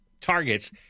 targets